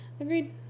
Agreed